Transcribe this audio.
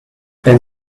and